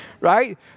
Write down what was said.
right